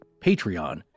Patreon